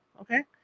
Okay